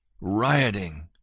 rioting